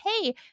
hey